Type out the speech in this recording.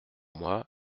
moi